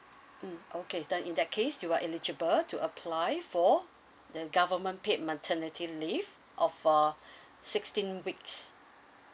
mm okay then in that case you are eligible to apply for the government paid maternity leave of uh sixteen weeks